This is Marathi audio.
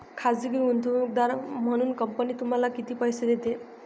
खाजगी गुंतवणूकदार म्हणून कंपनी तुम्हाला किती पैसे देते?